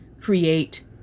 create